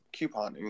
couponing